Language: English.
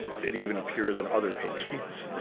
it even appears in other paintings.